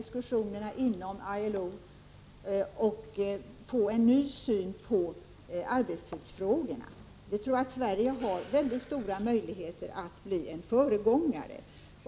1985/86:45 diskussionen inom ILO och få en ny syn på arbetstidsfrågorna. Vi tror att 5 december 1985 Sverige har väldigt stora möjligheter att bli en föregångare.